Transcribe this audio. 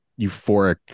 euphoric